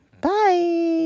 Bye